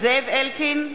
זאב אלקין,